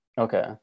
Okay